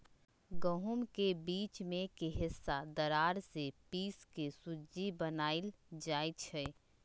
गहुम के बीच में के हिस्सा दर्रा से पिसके सुज्ज़ी बनाएल जाइ छइ